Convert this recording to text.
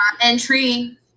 Entry